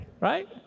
Right